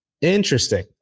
Interesting